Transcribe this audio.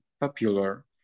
popular